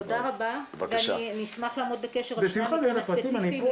תודה רבה ואני אשמח לעמוד בקשר על שני המקרים הספציפיים.